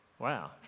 Wow